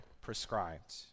prescribed